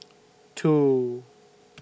two